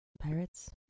pirates